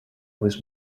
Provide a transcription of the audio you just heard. was